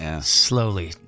Slowly